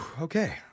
okay